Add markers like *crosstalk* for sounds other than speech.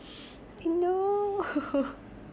no *laughs*